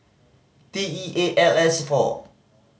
T E eight L S four